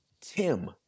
Tim